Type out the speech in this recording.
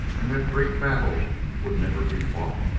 and that great battle would never be fought.